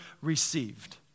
received